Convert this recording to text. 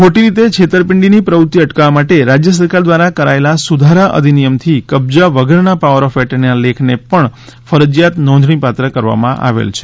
ખોટી રીતે છેતરપિંડીની પ્રવૃત્તિ અટકાવવા માટે રાજ્ય સરકાર દ્વારા કરાયેલા સુધારા અધિનિયમથી કબજા વગરના પાવર ઓફ એટર્નીના લેખને પણ ફરજિયાત નોંધણીપાત્ર કરવામાં આવેલ છે